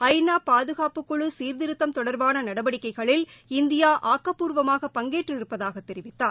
ஐநா பாதுகாப்பு குழு சீர்திருத்தும் தொடர்பான நடவடிக்கைகளில் இந்தியா ஆக்கப்பூர்வமாக பங்கேற்று இருப்பதாக தெரிவித்தார்